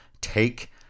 take